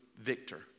victor